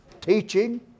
teaching